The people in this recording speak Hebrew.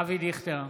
אבי דיכטר,